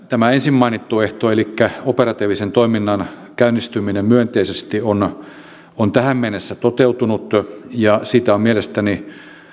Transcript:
tämä ensin mainittu ehto elikkä operatiivisen toiminnan käynnistyminen myönteisesti on tähän mennessä toteutunut ja siitä on mielestäni